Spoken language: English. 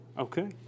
Okay